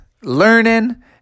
learning